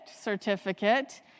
certificate